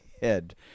head